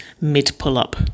mid-pull-up